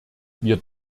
wir